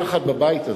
יחד, בבית הזה,